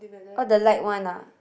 all the like one lah